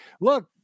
look